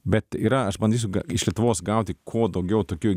bet yra aš bandysiu iš lietuvos gauti kuo daugiau tokių